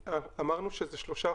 לזה,